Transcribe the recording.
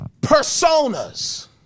personas